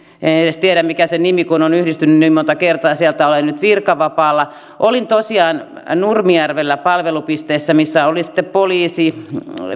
en en edes tiedä mikä sen nimi on nykyisin kun se on yhdistynyt niin monta kertaa ja sieltä olen nyt virkavapaalla olin tosiaan nurmijärvellä palvelupisteessä missä oli sitten poliisi